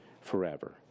forever